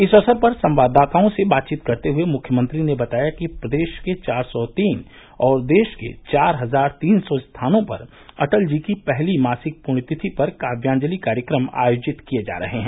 इस अवसर पर संवादाताओं से बातचीत करते हुए मुख्यमंत्री ने बताया कि प्रदेश के चार सौ तीन और देश के चार हजार तीन सौ स्थानों पर अटल जी की पहली मासिक पुण्यतिथि पर काव्याजलि कार्यक्रम आयोजित किये जा रहे हैं